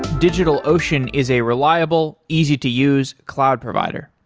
digitalocean is a reliable, easy to use cloud provider.